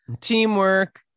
Teamwork